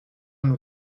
nous